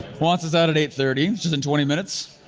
wants us out at eight thirty, which is in twenty minutes.